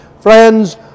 Friends